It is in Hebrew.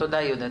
תודה יהודה.